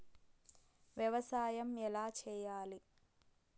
వ్యవసాయం ఎలా చేయాలి?